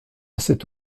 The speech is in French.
cette